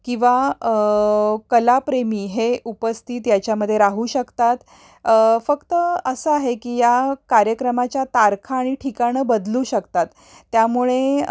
किंवा कलाप्रेमी हे उपस्थित याच्यामध्ये राहू शकतात फक्त असं आहे की या कार्यक्रमाच्या तारखा आणि ठिकाणं बदलू शकतात त्यामुळे